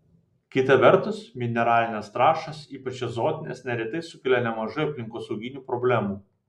kita vertus mineralinės trąšos ypač azotinės neretai sukelia nemažai aplinkosauginių problemų